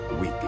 week